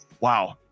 wow